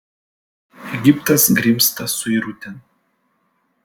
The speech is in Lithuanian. egiptas grimzta suirutėn